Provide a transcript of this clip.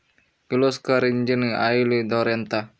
Kirloskar engine oil ధర ఎంత?